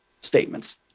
statements